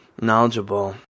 knowledgeable